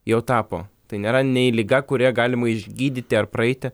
jau tapo tai nėra nei liga kurią galimą išgydyti ar praeiti